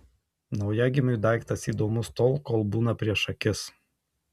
naujagimiui daiktas įdomus tol kol būna prieš akis